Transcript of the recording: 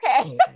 Okay